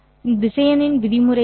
இந்த திசையனின் விதிமுறை என்ன